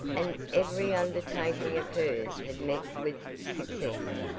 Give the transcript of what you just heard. and every undertaking of hers had met with success.